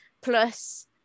plus